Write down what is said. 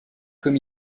comme